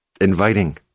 inviting